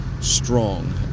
strong